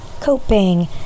Coping